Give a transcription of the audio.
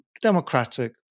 democratic